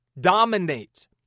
dominate